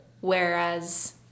Whereas